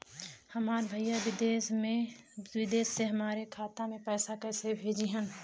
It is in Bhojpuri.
हमार भईया विदेश से हमारे खाता में पैसा कैसे भेजिह्न्न?